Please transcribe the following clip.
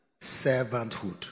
servanthood